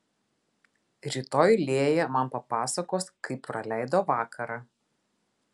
rytoj lėja man papasakos kaip praleido vakarą